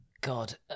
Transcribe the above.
god